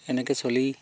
এনেকৈয়ে চলি